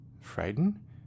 Frightened